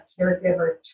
caregiver